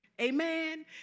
Amen